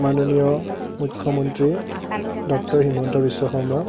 মাননীয় মুখ্যমন্ত্ৰী ডক্টৰ হিমন্ত বিশ্ব শৰ্মা